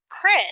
Chris